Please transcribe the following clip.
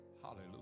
Hallelujah